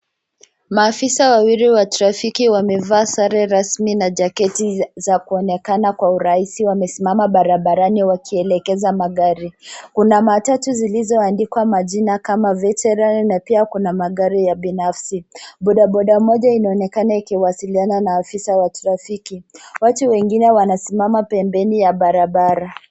Maafisa wawili wa trafiki wamevaa sare rasmi na jaketi za kuonekana kwa urahisi. Wamesimama barabarani wakielekeza magari. Kuna matatu zilizoandikwa majina kama Veteran na pia kuna magari ya binafsi. Bodaboda moja inaonekana ikiwasiliana na afisa wa trafiki. Watu wengine wanasimama pembeni ya barabara.